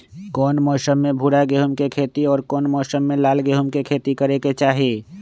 कौन मौसम में भूरा गेहूं के खेती और कौन मौसम मे लाल गेंहू के खेती करे के चाहि?